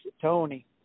Tony